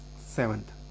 Seventh